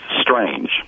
strange